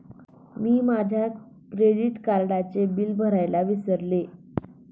मी माझ्या क्रेडिट कार्डचे बिल भरायला विसरले